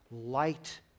light